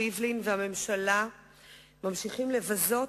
ריבלין והממשלה ממשיכים לבזות